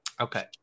Okay